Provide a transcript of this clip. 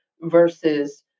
versus